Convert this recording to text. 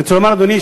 אדוני,